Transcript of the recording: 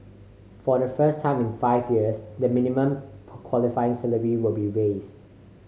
for the first time in five years the minimum qualifying salary will be raised